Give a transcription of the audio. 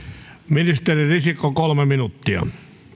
ministeri risikko kolme minuuttia